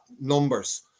numbers